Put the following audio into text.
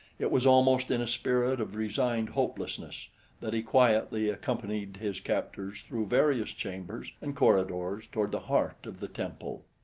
it was almost in a spirit of resigned hopelessness that he quietly accompanied his captors through various chambers and corridors toward the heart of the temple.